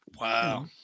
Wow